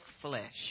flesh